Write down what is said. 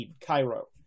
Cairo